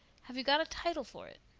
have you got a title for it?